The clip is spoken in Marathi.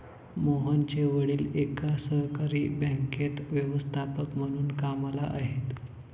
मोहनचे वडील एका सहकारी बँकेत व्यवस्थापक म्हणून कामला आहेत